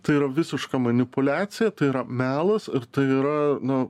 tai yra visiška manipuliacija tai yra melas ir tai yra nu